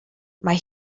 mae